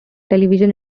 television